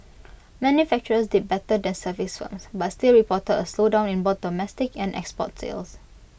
manufacturers did better than services firms but still reported A slowdown in both domestic and export sales